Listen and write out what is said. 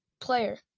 player